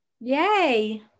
Yay